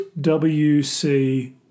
WC